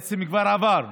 בעצם כבר עבר,